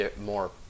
more